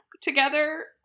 together